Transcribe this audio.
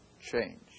change